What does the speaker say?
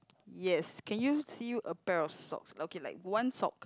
yes can you see a pair of socks okay like one sock